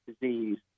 disease